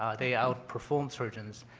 um they outperform surgeons,